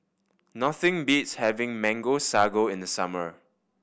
nothing beats having Mango Sago in the summer